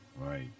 Right